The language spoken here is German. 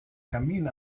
kamin